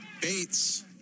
Bates